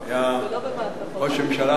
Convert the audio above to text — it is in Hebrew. היה ראש ממשלה,